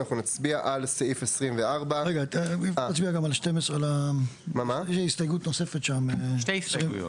תצביע גם על 12. יש לכם שתי הסתייגויות.